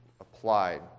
applied